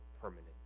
permanent